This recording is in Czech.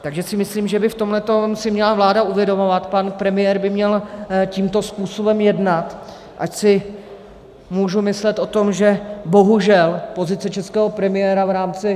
Takže si myslím, že by si v tomhle měla vláda uvědomovat, pan premiér by měl tímto způsobem jednat, ať si můžu myslet o tom, že bohužel pozice českého premiéra v rámci...